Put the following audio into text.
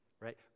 right